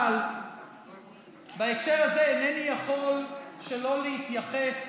אבל בהקשר הזה אינני יכול שלא להתייחס